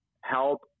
help